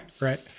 Right